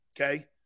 okay